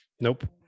Nope